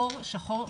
חור שחור,